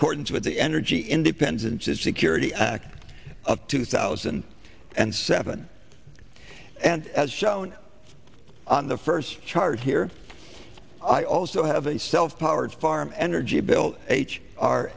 accordance with the energy independence is security act of two thousand and seven and as shown on the first chart here i also have a self powered farm energy bill h r